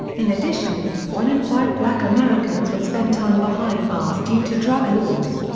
in addition, one in five black americans would spend time behind bars due to drug laws.